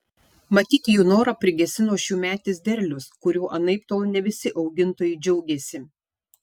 matyt jų norą prigesino šiųmetis derlius kuriuo anaiptol ne visi augintojai džiaugėsi